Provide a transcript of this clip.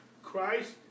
Christ